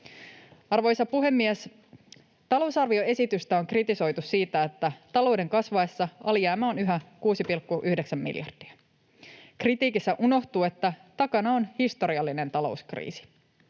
Arvoisa puhemies! Talousarvioesitystä on kritisoitu siitä, että talouden kasvaessa alijäämä on yhä 6,9 miljardia. Kritiikissä unohtuu, että takana on historiallinen talouskriisi.